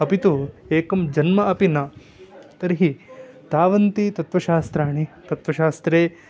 अपि तु एकं जन्म अपि न तर्हि तावन्ति तत्वशास्त्राणि तत्वशास्त्रे